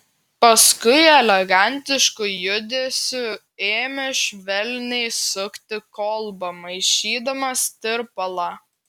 paskui elegantišku judesiu ėmė švelniai sukti kolbą maišydamas tirpalą